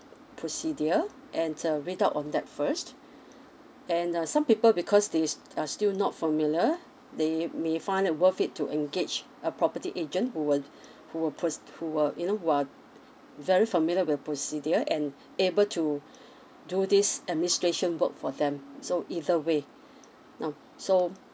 procedure and uh read up on that first and uh some people because they s~ are still not familiar they may find it worth it to engage a property agent who will who will pros~ who will you know who are very familiar with the procedure and able to do this administration work for them so either way now so